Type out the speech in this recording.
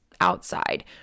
outside